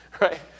right